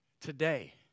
Today